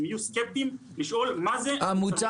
הם יהיו סקפטיים לשאול מה זה --- המוצר